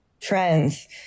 trends